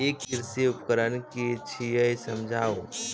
ई कृषि उपकरण कि छियै समझाऊ?